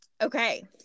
okay